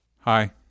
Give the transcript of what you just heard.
Hi